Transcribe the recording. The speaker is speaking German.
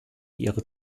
ihre